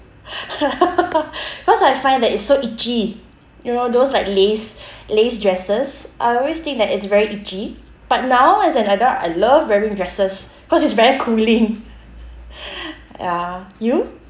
cause I find that it's so itchy you know those like lace lace dresses I always think that it's very itchy but now as an adult I love wearing dresses cause it's very cooling ya you